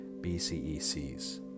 BCECs